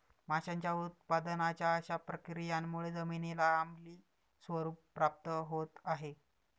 माशांच्या उत्पादनाच्या अशा प्रक्रियांमुळे जमिनीला आम्लीय स्वरूप प्राप्त होत आहे